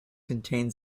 contain